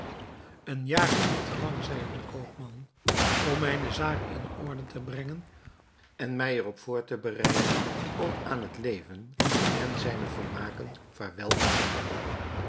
een jaar is niet te lang zeide de koopman om mijne zaken in orde te brengen en mij er op voor te bereiden om aan het leven en zijne vermaken vaarwel te zeggen